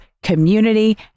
community